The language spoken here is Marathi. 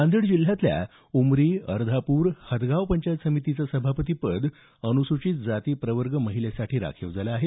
नांदेड जिल्ह्यातल्या उमरी अर्धापूर हदगाव पंचायत समितीचं सभापती पद अनुसूचित जाती प्रवर्ग महिलेसाठी राखीव झालं आहे